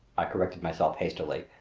i corrected myself hastily,